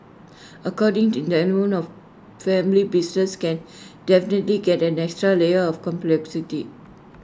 according in the element of family business can definitely get an extra layer of complexity